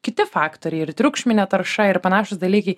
kiti faktoriai ir triukšminė tarša ir panašūs dalykai